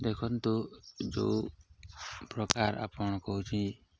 ଦେଖନ୍ତୁ ଯେଉଁ ପ୍ରକାର ଆପଣ କହୁଛି